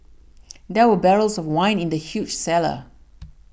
there were barrels of wine in the huge cellar